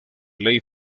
ley